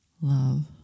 love